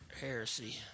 heresy